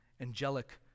angelic